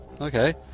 okay